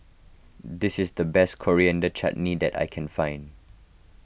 this is the best Coriander Chutney that I can find